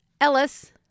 Ellis